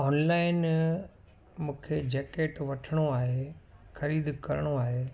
online मूंखे jacket वठिणो आहे ख़रीद करिणो आहे